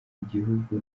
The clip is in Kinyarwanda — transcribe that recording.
igihugu